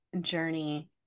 journey